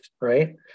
right